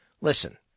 listen